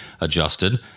adjusted